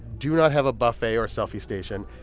do not have a buffet or selfie station.